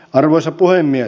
arvoisa puhemies